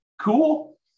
Cool